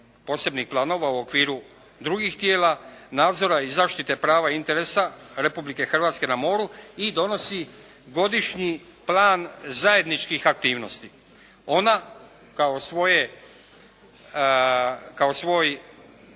posebnih planova u okviru drugih tijela, nadzora i zaštite prava i interesa Republike Hrvatske na moru i donosi godišnji plan zajedničkih aktivnosti. Ona kao svoje,